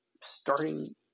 starting